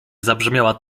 zabrzmiała